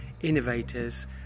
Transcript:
innovators